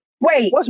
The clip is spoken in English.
Wait